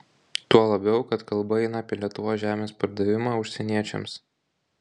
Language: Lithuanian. tuo labiau kad kalba eina apie lietuvos žemės pardavimą užsieniečiams